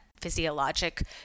physiologic